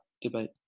debate